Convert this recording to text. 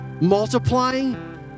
multiplying